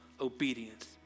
obedience